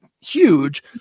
huge